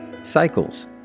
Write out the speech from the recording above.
Cycles